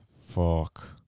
Fuck